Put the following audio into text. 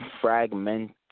fragment